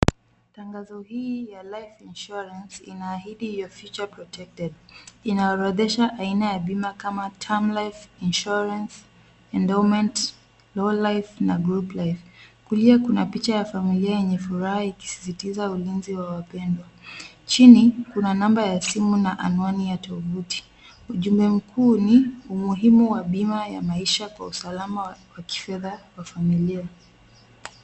Tangazo hii ya Life Insurance inaahidi your future is protected . Inaorodhesha aina ya bima kama term life insurance, endowment, whole life na group life . Kulia kuna picha ya familia yenye furaha ikisisitiza ulinzi wa wapendwa. Chini kuna namba ya simu na anwani ya tovuti. Ujumbe mkuu ni, umuhimu wa bima ya maisha kwa usalama wa kifedha wa familia.